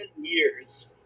years